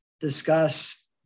discuss